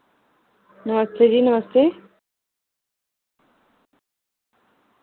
नमस्ते जी नमस्ते